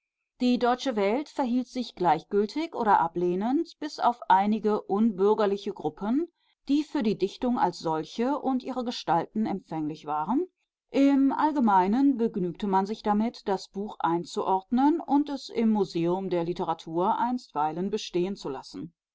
die deutsche welt verhielt sich gleichgültig oder ablehnend bis auf einige unbürgerliche gruppen die für die dichtung als solche und ihre gestalten empfänglich waren im allgemeinen begnügte man sich damit das buch einzuordnen und es im museum der literatur einstweilen bestehen zu lassen